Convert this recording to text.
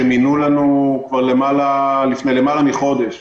שמינו לנו כבר לפני למעלה מחודש